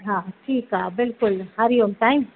हा ठीकु आहे बिल्कुलु हरिओम साईं